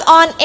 on